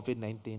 COVID-19